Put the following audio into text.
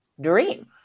dream